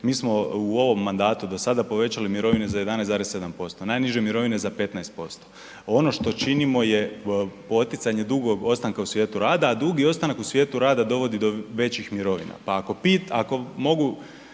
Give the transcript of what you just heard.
Mi smo u ovom mandatu do sada povećali mirovine za 11,7%, najniže mirovine za 15%. Ono što činimo je poticanje dugog ostanka u svijetu rada a dugi ostanak u svijetu rada dovodi do većih mirovina pa ako mogu